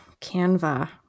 Canva